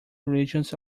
religious